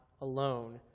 alone